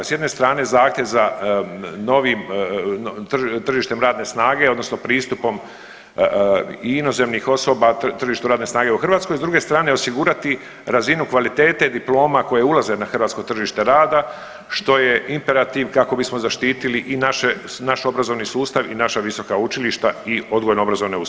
S jedne strane zahtjev za novim tržištem radne snage odnosno pristupom i inozemnih osoba tržištu radne snage u Hrvatskoj, s druge strane osigurati razinu kvalitete diploma koje ulaze na hrvatsko tržište rada što je imperativ kako bismo zaštitili i naše, naš obrazovni sustav i naša visoka učilišta i odgojno obrazovne ustanove.